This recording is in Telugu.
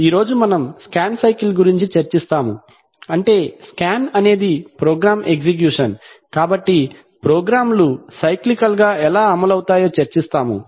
ఈ రోజు మనం స్కాన్ సైకిల్ గురించి చర్చిస్తాము అంటే స్కాన్ అనేది ప్రోగ్రామ్ ఎగ్జిక్యూషన్ కాబట్టి ప్రోగ్రామ్ లు సైక్లికల్ గా ఎలా అమలు అవుతాయో చర్చిస్తాము